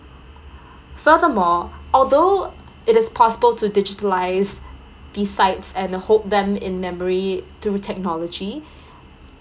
furthermore although it is possible to digitalize these sites and hold them in memory through technology